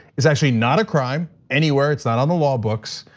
it's actually not a crime, anywhere it's not on the law books.